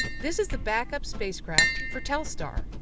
this is the backup spacecraft for telstar.